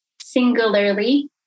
singularly